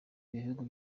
ibihugu